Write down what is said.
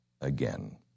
again